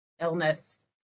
illness